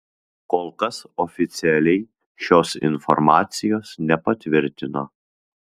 kol kas oficialiai šios informacijos nepatvirtino